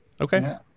Okay